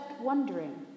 wondering